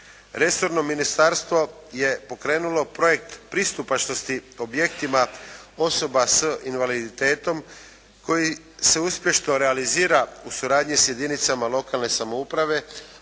Resorno Ministarstvo je pokrenulo projekt pristupačnosti objektima osoba s invaliditetom koji se uspješno realizira u suradnji s jedinicama lokalne samouprave